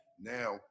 Now